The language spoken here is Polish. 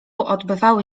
odbywały